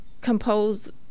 compose